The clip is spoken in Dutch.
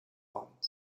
land